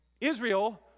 Israel